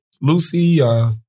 Lucy